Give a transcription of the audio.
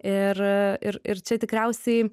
ir ir ir čia tikriausiai